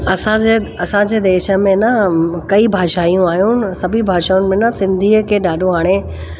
असांजे असांजे देश में न कई भाषाऊं आहियूं सभी भाषाउनि में न सिंधीअ खे ॾाढो हाणे